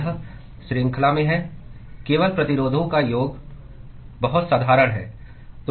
यह श्रृंखला में है केवल प्रतिरोधों का योग बहुत साधारण है